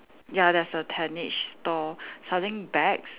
ya there's a tentage stall selling bags